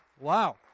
wow